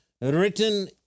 written